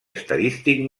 estadístic